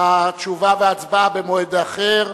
התשובה וההצבעה במועד אחר.